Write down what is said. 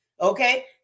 Okay